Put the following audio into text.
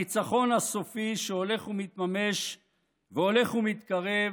הניצחון הסופי, שהולך ומתממש והולך ומתקרב,